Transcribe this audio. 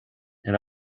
and